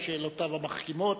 על שאלותיו המחכימות.